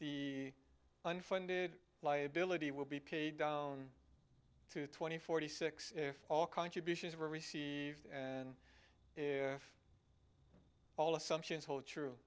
the unfunded liability will be paid down to twenty forty six if all contributions were received and if all assumptions hold true